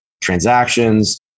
transactions